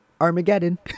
Armageddon